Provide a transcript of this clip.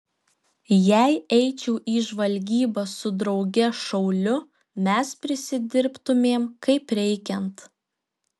jei eičiau į žvalgybą su drauge šauliu mes prisidirbtumėm kaip reikiant